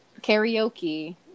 karaoke